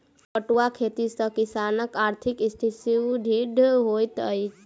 पटुआक खेती सॅ किसानकआर्थिक स्थिति सुदृढ़ होइत छै